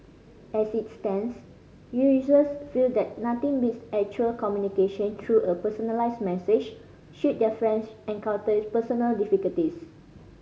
as it stands users feel that nothing beats actual communication through a personalised message should their friends encounter personal difficulties